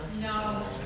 No